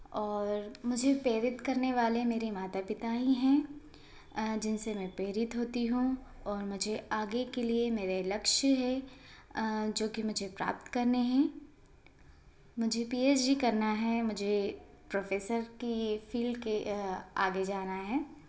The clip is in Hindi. और मुझे प्रेरित करने वाले मेरे माता पिता ही हैं जिन से मैं प्रेरित होती हूँ और मुझे आगे के लिए मेरे लक्ष्य है जो कि मुझे प्राप्त करने हैं मुझे पी एच डी करना है मुझे प्रोफ़ेसर की फ़ील्ड के आगे जाना है